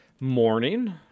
morning